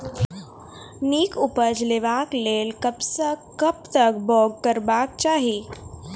नीक उपज लेवाक लेल कबसअ कब तक बौग करबाक चाही?